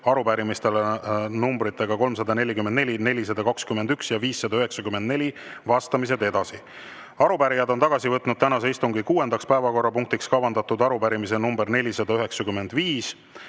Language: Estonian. arupärimistele nr 344, 421 ja 594 vastamised. Arupärijad on tagasi võtnud tänase istungi kuuendaks päevakorrapunktiks kavandatud arupärimise nr 495.